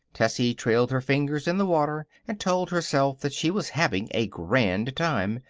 tessie trailed her fingers in the water and told herself that she was having a grand time.